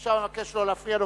עכשיו אני מבקש לא להפריע לו,